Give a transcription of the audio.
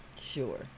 Sure